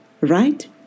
right